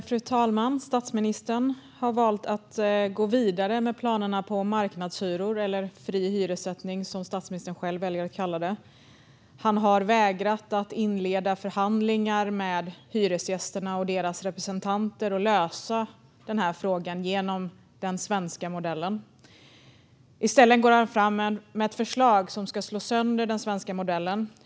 Fru talman! Statsministern har valt att gå vidare med planerna på marknadshyror, eller fri hyressättning som statsministern själv väljer att kalla det. Han har vägrat att inleda förhandlingar med hyresgästerna och deras representanter för att lösa frågan med hjälp av den svenska modellen. I stället går statsministern fram med ett förslag som ska slå sönder den svenska modellen.